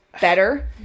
Better